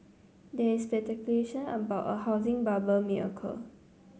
there is speculation about a housing bubble may occur